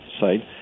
site